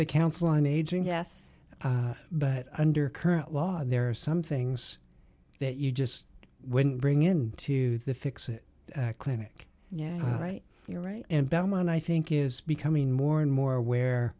the council on aging yes but under current law there are some things that you just wouldn't bring in to fix it clinic yeah right you're right and belmont i think is becoming more and more aware